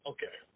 Okay